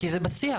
זה בשיח,